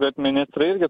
bet ministrai irgi